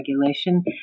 regulation